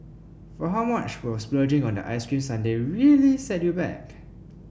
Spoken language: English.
for how much will splurging on that ice cream sundae really set you back